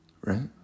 Right